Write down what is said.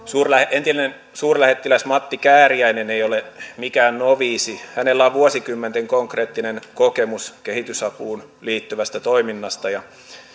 entinen suurlähettiläs matti kääriäinen ei ole mikään noviisi hänellä on vuosikymmenten konkreettinen kokemus kehitysapuun liittyvästä toiminnasta ja